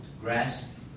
grasp